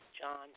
John